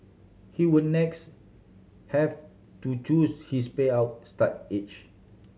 he would next have to choose his payout start age